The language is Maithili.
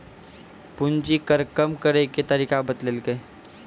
पूंजी कर कम करैय के तरीका बतैलकै